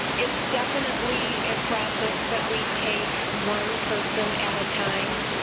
it is definitely a process that we take one person at a time.